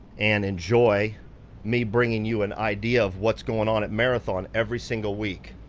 and enjoy me bringing you an idea of what's going on at marathon every single week.